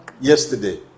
Yesterday